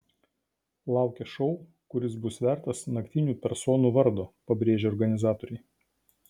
laukia šou kuris bus vertas naktinių personų vardo pabrėžė organizatoriai